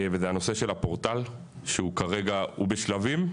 וזה הנושא של הפורטל שכרגע הוא בשלבים,